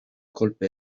kolpe